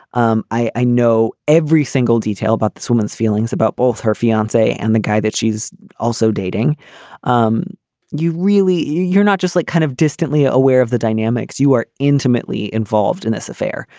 um i i know every single detail about this woman's feelings about both her fiancee and the guy that she's also dating um you really you're not just like kind of distantly aware of the dynamics you are intimately involved in this affair.